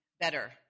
better